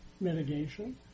mitigation